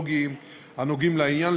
אפידמיולוגיים הנוגעים בעניין,